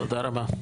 תודה רבה.